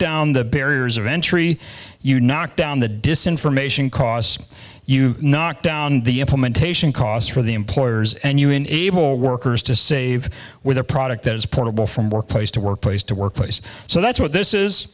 down the barriers of entry you knock down the descent from asian cause you knock down the implementation costs for the employers and you enable workers to save with a product that is portable from workplace to workplace to work place so that's what this is